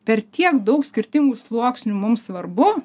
per tiek daug skirtingų sluoksnių mum svarbu